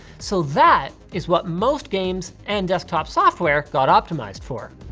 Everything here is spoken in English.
so that is what most games and desktop software got optimized for.